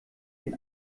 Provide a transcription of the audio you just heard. den